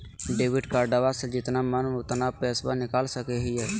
Debit कार्डबा से जितना मन उतना पेसबा निकाल सकी हय?